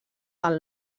del